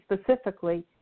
specifically